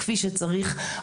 כפי שצריך.